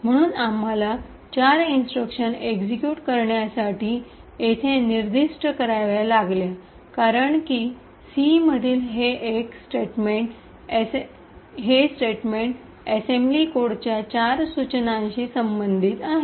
म्हणून आम्हाला चार इंस्ट्रक्शन एक्सिक्यूट करण्यासाठी येथे निर्दिष्ट कराव्या लागल्या कारण सी मधील हे एक स्टेटमेंट एसेम्ब्ली कोडच्या चार सूचनांशी संबंधित आहे